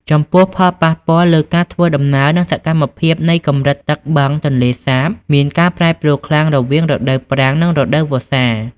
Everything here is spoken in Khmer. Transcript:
ចំពោះ ផលប៉ះពាល់លើការធ្វើដំណើរ និងសកម្មភាពនៃកម្រិតទឹកបឹងទន្លេសាបមានការប្រែប្រួលខ្លាំងរវាងរដូវប្រាំងនិងរដូវវស្សា។